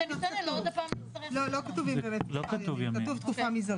לא כתובים ימים, כתוב: "תקופה מזערית".